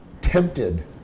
tempted